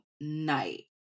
night